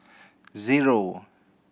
zero